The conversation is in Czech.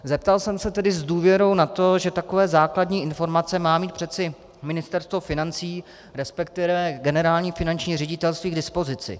Zeptal jsem se tedy s důvěrou na to, že takové základní informace má mít přece Ministerstvo financí, resp. Generální finanční ředitelství k dispozici.